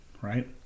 Right